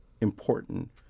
important